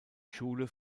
schule